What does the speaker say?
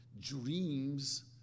Dreams